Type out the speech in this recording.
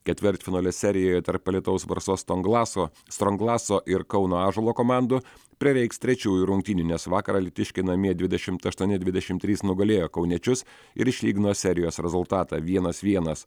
ketvirtfinalio serijoje tarp alytaus varsos stonglaso stronglaso ir kauno ąžuolo komandų prireiks trečiųjų rungtynių nes vakar alytiškiai namie dvidešimt aštuoni dvidešimt trys nugalėjo kauniečius ir išlygino serijos rezultatą vienas vienas